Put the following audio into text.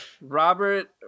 Robert